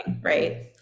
right